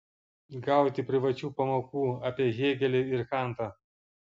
gauti privačių pamokų apie hėgelį ir kantą